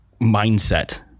mindset